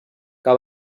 que